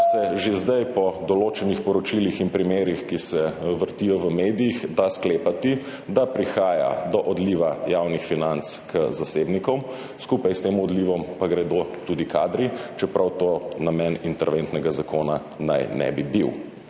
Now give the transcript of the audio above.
se že zdaj po določenih poročilih in primerih, ki se vrtijo v medijih, da sklepati, da prihaja do odliva javnih financ k zasebnikom, skupaj s tem odlivom pa gredo tudi kadri, čeprav to namen interventnega zakona naj ne bi bil.